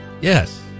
yes